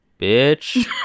bitch